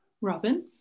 Robin